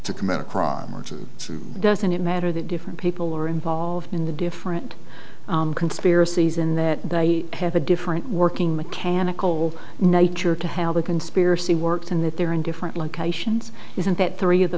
to commit a crime which is two doesn't matter that different people are involved in the different conspiracies in that they have a different working mechanical nature to how the conspiracy worked in that they are in different locations isn't that three of the